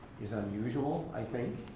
is unusual, i think.